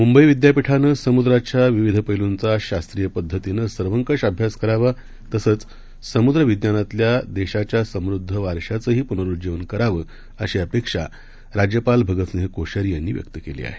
मुंबईविद्यापीठानंसमुद्राच्याविविधपैलूंचाशास्त्रीयपद्धतीनंसर्वंकषअभ्यासकरावा तसंचसमुद्रविज्ञानातल्यादेशाच्यासमृद्धवारशाचंहीपुनरुज्जीवनकरावं अशीअपेक्षाराज्यपालभगतसिंहकोश्यारीयांनीव्यक्तकेलीआहे